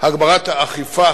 הגברת האכיפה